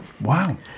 Wow